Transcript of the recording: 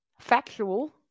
factual